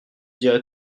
dirai